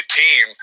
team